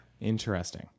interesting